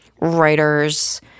writers